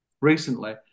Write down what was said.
recently